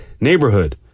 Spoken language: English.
neighborhood